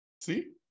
See